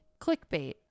Clickbait